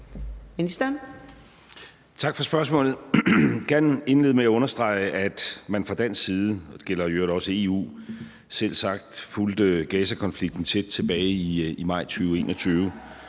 Tak for spørgsmålet. Jeg vil gerne indlede med at understrege, at man fra dansk side – og det gælder i øvrigt også EU – selvsagt fulgte Gazakonflikten tæt tilbage i maj 2021